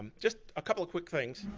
just a couple of quick things.